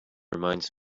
reminds